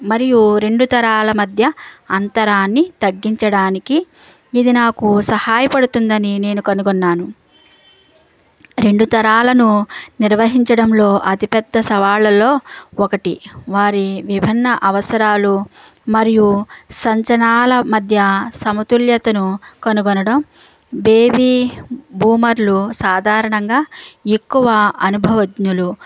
మరియు రెండు తరాల మధ్య అంతరాన్ని తగ్గించడానికి ఇది నాకు సహాయపడుతుందని నేను కనుగొన్నాను రెండు తరాలను నిర్వహించడంలో అతిపెద్ద సవాళ్ళలో ఒకటి వారి విభిన్న అవసరాలు మరియు సంచలనాల మధ్య సమతుల్యతను కనుగొనడం బేబీ బూమర్లు సాధారణంగా ఎక్కువ అనుభవజ్ఞులు